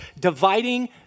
Dividing